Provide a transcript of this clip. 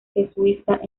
jesuitas